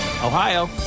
Ohio